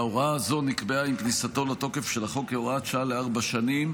ההוראה הזו נקבעה עם כניסתו לתוקף של החוק כהוראת שעה לארבע שנים,